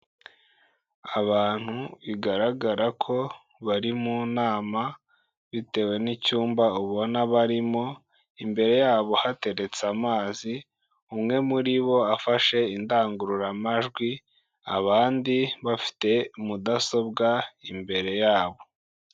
Abantu bigaragara ko bari mu nama bitewe n'icyumba ubona barimo, imbere yabo hateretse amazi, umwe muri bo afashe indangururamajwi, abandi bafite mudasobwa imbere yabo.